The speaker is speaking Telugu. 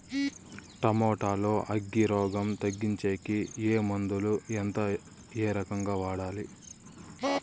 టమోటా లో అగ్గి రోగం తగ్గించేకి ఏ మందులు? ఎంత? ఏ రకంగా వాడాలి?